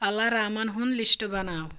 الارامن ہُند لسٹ بناو